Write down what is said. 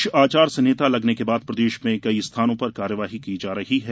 आचार संहिता आदर्श आचार संहिता लगने के बाद प्रदेश में कई स्थानों पर कार्यवाही की जा रही है